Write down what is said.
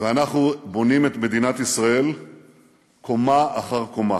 ואנחנו בונים את מדינת ישראל קומה אחר קומה.